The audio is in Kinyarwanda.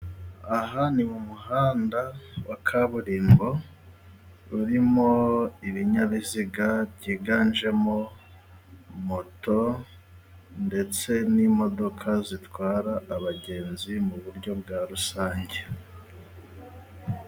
Aha ni mu muhanda wa kaburimbo urimo ibinyabiziga byiganjemo moto ndetse n'imodoka zitwara abagenzi mu buryo bwa rusange.